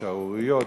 שערוריות,